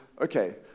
okay